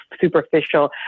superficial